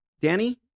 Danny